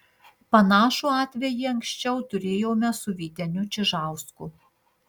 panašų atvejį anksčiau turėjome su vyteniu čižausku